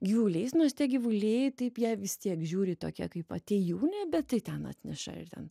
gyvuliais nors tie gyvuliai taip ją vis tiek žiūri į tokią kaip atėjūnę bet tai ten atneša ir ten